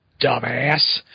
dumbass